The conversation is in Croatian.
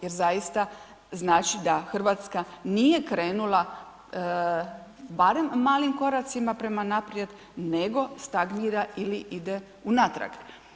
Jer zaista znači da Hrvatska nije krenula barem malim koracima prema naprijed nego stagnira ili ide unatrag.